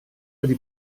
wedi